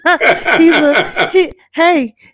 hey